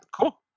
cool